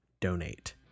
donate